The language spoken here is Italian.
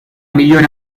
migliore